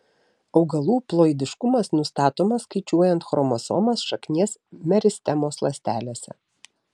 augalų ploidiškumas nustatomas skaičiuojant chromosomas šaknies meristemos ląstelėse